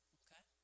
okay